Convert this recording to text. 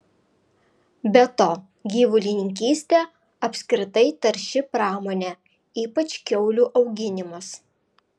be to gyvulininkystė apskritai tarši pramonė ypač kiaulių auginimas